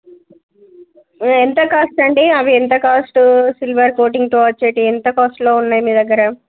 ఎంత కాస్ట్ అండి అవి ఎంత కాస్ట్ సిల్వర్ కోటింగ్తో వచ్చేటివి ఎంత కాస్ట్లో ఉన్నాయి మీ దగ్గర